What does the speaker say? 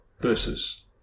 verses